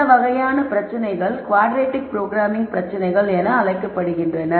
இந்த வகையான பிரச்சனைகள் குவாட்ரெடிக் ப்ரோக்ராம்மிங் பிரச்சனைகள் என்று அழைக்கப்படுகின்றன